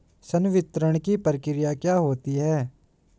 संवितरण की प्रक्रिया क्या होती है?